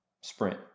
sprint